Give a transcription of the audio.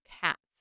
cats